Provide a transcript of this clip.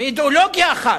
מאידיאולוגיה אחת,